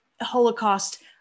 Holocaust